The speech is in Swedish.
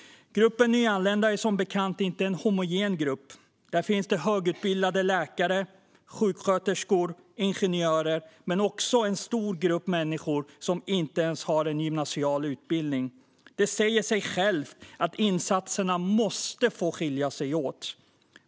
Gruppen nyanlända är som bekant inte en homogen grupp. Där finns högutbildade läkare, sjuksköterskor och ingenjörer men också en stor grupp människor som inte ens har en gymnasial utbildning. Det säger sig självt att insatserna måste få skilja sig åt.